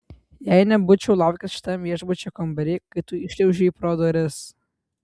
jei nebūčiau laukęs šitam viešbučio kambary kai tu įšliaužei pro duris